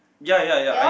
ya ya ya I